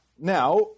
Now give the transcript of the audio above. Now